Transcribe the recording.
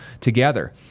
together